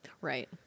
Right